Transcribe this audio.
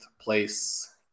place